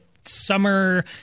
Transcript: summer